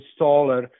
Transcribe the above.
installer